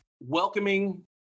welcoming